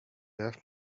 have